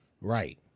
right